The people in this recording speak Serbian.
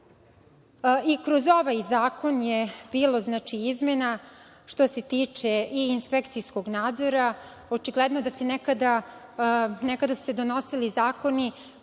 I, kroz ovaj zakon je bilo izmena što se tiče i inspekcijskog nadzora. Očigledno je da su se nekada donosili zakoni